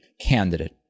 candidate